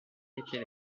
était